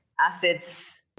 assets